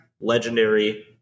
legendary